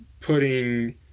putting